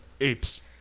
Apes